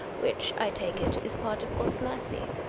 which, i take it, is part of god's mercy.